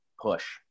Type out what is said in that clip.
push